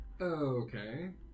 Okay